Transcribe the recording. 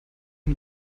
mit